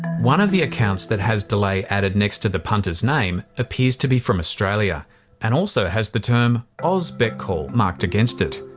one of the accounts that has delay added next to the punter's name appears to be from australia and also has the term aus betcall marked against it.